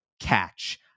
catch